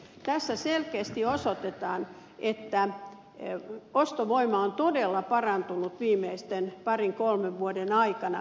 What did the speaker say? tässä selkeästi osoitetaan että ostovoima on todella parantunut viimeisten parin kolmen vuoden aikana